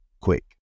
quick